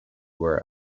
were